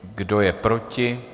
Kdo je proti?